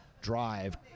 drive